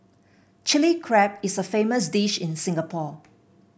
Chilli Crab is a famous dish in Singapore